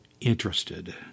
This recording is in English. interested